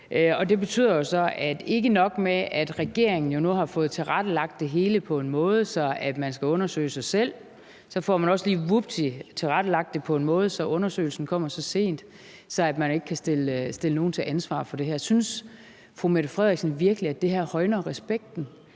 så, at ikke nok med, at regeringen nu har fået tilrettelagt det hele på en måde, så man skal undersøge sig selv, men undersøgelsen kommer – vupti – også lige så sent, at man ikke kan stille nogen til ansvar for det her. Synes fru Mette Frederiksen virkelig, at det her højner respekten